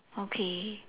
okay